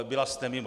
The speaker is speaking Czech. Byla jste mimo.